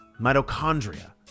Mitochondria